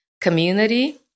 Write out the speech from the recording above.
community